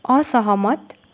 असहमत